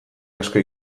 asko